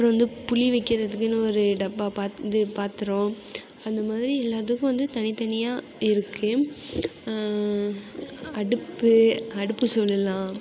அப்புறம் வந்து புளி வைக்கிறதுக்குன்னு ஒரு டப்பா இது பாத்திரம் அந்த மாதிரி எல்லாத்துக்கும் வந்து தனி தனியாக இருக்குது அடுப்பு அடுப்பு சொல்லுலாம்